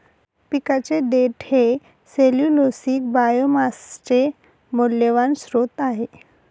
पिकाचे देठ हे सेल्यूलोसिक बायोमासचे मौल्यवान स्त्रोत आहे